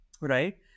right